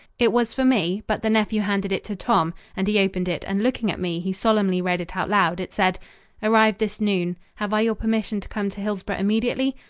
it was for me, but the nephew handed it to tom, and he opened it and, looking at me, he solemnly read it out loud. it said arrived this noon. have i your permission to come to hillsboro immediately?